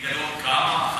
כמה?